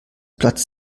platz